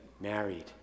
married